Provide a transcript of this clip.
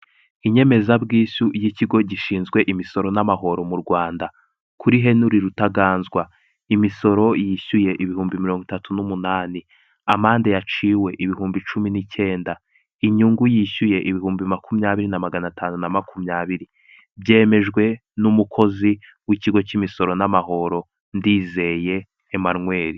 Inyemezabwishyu y'ikigo gishinzwe imisoro n'amahoro mu Rwanda. Kuri Heniri Rutaganzwa. Imisoro yishyuye, ibihumbi mirongo itatu n' numunani. Amande yaciwe, ibihumbi cumi n'icyenda. Inyungu yishyuye, ibihumbi makumyabiri na magana atanu na makumyabiri. Byemejwe n'umukozi w'ikigo cy'imisoro n'amahoro, Ndizeye Emanweri.